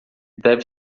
deve